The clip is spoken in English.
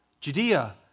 Judea